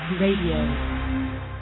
Radio